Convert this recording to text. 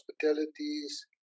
hospitalities